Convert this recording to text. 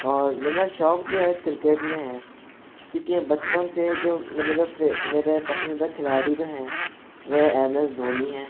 और मेरा शौक जो है क्रिकेट में है क्योंकि यह बचपन से है जो मेरे जो मेरे पसंदीदा खिलाड़ी जो है वह एम एस धोनी हैं